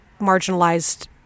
marginalized